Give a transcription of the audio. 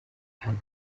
ahantu